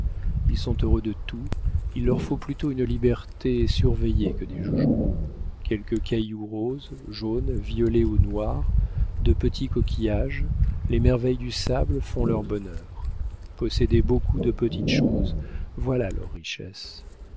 ils sont heureux de tout il leur faut plutôt une liberté surveillée que des joujoux quelques cailloux roses jaunes violets ou noirs de petits coquillages les merveilles du sable font leur bonheur posséder beaucoup de petites choses voilà leur richesse